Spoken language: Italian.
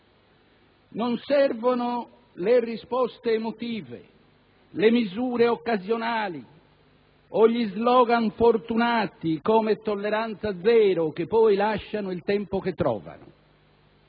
Non servono le risposte emotive, le misure occasionali o gli *slogan* fortunati come "tolleranza zero", che poi lasciano il tempo che trovano.